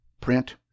print